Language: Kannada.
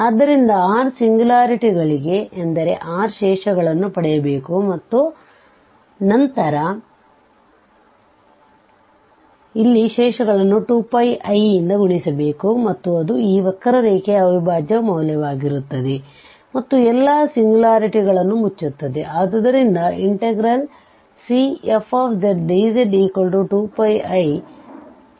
ಆದ್ದರಿಂದ r ಸಿಂಗ್ಯುಲಾರಿಟಿಗಳಿವೆ ಎಂದರೆ r ಶೇಷಗಳನ್ನು ಪಡೆಯಬೇಕು ಮತ್ತು ನಂತರ ಇಲ್ಲಿ ಶೇಷಗಳನ್ನು 2πiಯಿಂದ ಗುಣಿಸಬೇಕು ಮತ್ತು ಅದು ಈ ವಕ್ರರೇಖೆಯ ಅವಿಭಾಜ್ಯ ಮೌಲ್ಯವಾಗಿರುತ್ತದೆ ಮತ್ತು ಎಲ್ಲಾ ಸಿಂಗ್ಯುಲಾರಿಟಿಗಳನ್ನು ಮುಚ್ಚುತ್ತದೆ